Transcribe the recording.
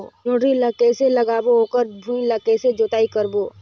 जोणी ला कइसे लगाबो ओकर भुईं ला कइसे जोताई करबो?